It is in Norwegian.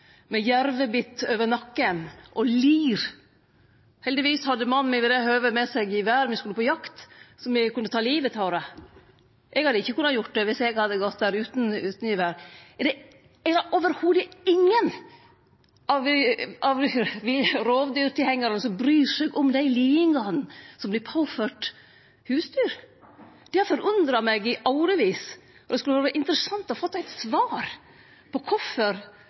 med jervebitt over nakken og lir. Heldigvis hadde mannen min ved det høvet med seg gevær, me skulle på jakt, så me kunne ta livet av lammet. Eg hadde ikkje kunna gjort det dersom eg hadde gått der utan gevær. Er det ikkje i det heile nokon av rovdyrtilhengarane som bryr seg om dei lidingane som vert påførte husdyr? Det har forundra meg i årevis, og det skulle vore interessant å få eit svar på